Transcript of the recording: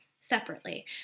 separately